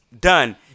Done